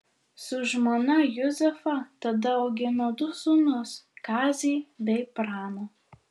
su žmona juzefa tada augino du sūnus kazį bei praną